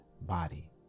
body